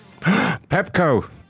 Pepco